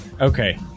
Okay